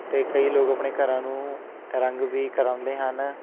ਅਤੇ ਕਈ ਲੋਕ ਆਪਣੇ ਘਰਾਂ ਨੂੰ ਰੰਗ ਵੀ ਕਰਵਾਉਂਦੇ ਹਨ